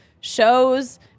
shows